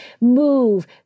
move